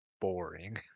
boring